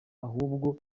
ahubwo